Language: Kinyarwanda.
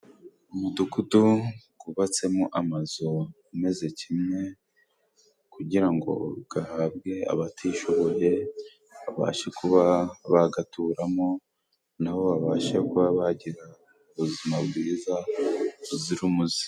Umudugudu gubatsemo amazu ameze kimwe，kugira ngo gahabwe abatishoboye babashe kuba bagaturamo，nabo babashe kuba bagira ubuzima bwiza buzira umuze.